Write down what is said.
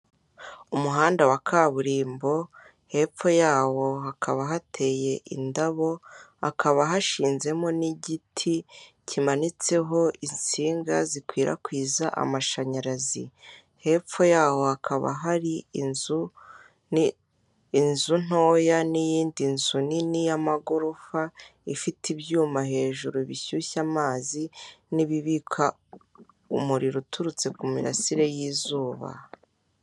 Umuhanda wa kaburimbo hepfo yawo hakaba hateye indabo, hakaba hashinzemo n'igiti kimanitseho insinga zikwirakwiza amashanyarazi, hepfo yaho hakaba hari inzu ntoya n'iyindi nzu nini y'amagorofa, ifite ibyuma hejuru bishyushya amazi n'ibibika umuriro uturutse ku mirasire y'izuba.